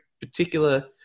particular